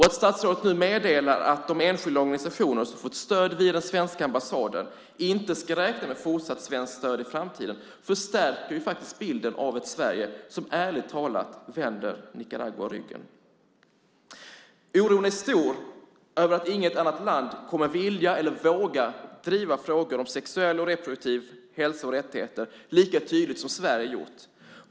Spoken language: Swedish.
Att statsrådet nu meddelar att de enskilda organisationer som fått stöd via den svenska ambassaden inte ska räkna med fortsatt svenskt stöd i framtiden förstärker bilden av ett Sverige som ärligt talat vänder Nicaragua ryggen. Oron är stor över att inget annat land kommer att vilja eller våga driva frågor om sexuell och reproduktiv hälsa och rättigheter lika tydligt som Sverige gjort.